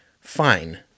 fine